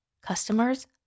customers